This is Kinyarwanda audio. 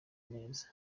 neza